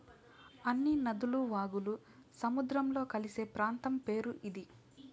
అన్ని నదులు వాగులు సముద్రంలో కలిసే ప్రాంతం పేరు ఇది